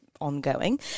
ongoing